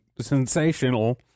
sensational